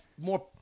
more